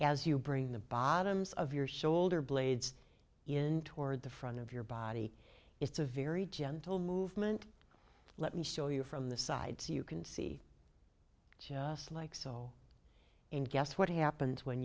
as you bring the bottoms of your shoulder blades in toward the front of your body it's a very gentle movement let me show you from the side so you can see just like so and guess what happens when